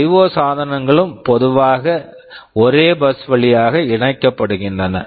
ஐஒ IO சாதனங்களும் பொதுவாக ஒரே பஸ் busவழியாக இணைக்கப்படுகின்றன